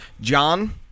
John